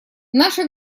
наша